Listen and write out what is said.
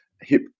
hip